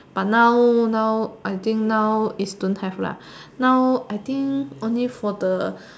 but now now I think now is don't have lah now I think only for the